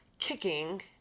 kicking